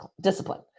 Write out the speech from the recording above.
discipline